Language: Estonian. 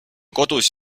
kodus